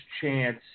chance